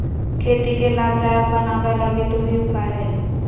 खेती के लाभदायक बनाबैय लगी दो ही उपाय हइ